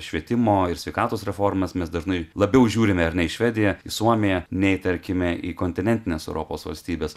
švietimo ir sveikatos reformas mes dažnai labiau žiūrime ar ne į švedija į suomija nei tarkime į kontinentinės europos valstybes